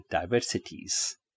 diversities